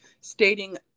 stating